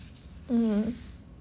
mm